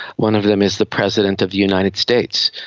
one of them is the president of the united states.